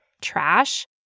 trash